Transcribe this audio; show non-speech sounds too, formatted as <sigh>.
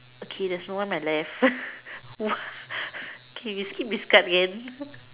okay there's no one on my left <laughs> what K we skip this card again